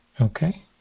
Okay